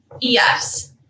Yes